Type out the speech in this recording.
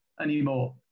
anymore